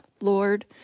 Lord